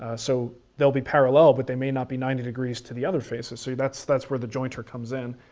ah so they'll be parallel but they may not be ninety degrees to the other faces. so that's that's where the jointer comes in.